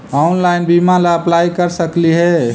Online बीमा ला apply कर सकली हे?